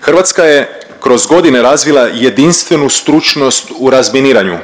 Hrvatska je kroz godine razvila jedinstvenu stručnost u razminiranju.